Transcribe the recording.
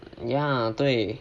ya 对